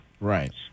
Right